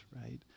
right